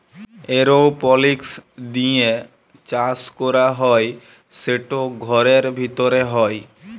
এরওপলিক্স দিঁয়ে চাষ ক্যরা হ্যয় সেট ঘরের ভিতরে হ্যয়